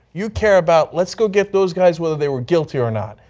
you care about, let's go get those guys whether they are guilty or not,